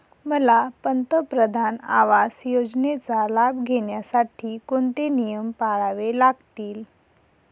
मला पंतप्रधान आवास योजनेचा लाभ घेण्यासाठी कोणते नियम पाळावे लागतील?